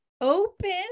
open